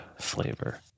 flavor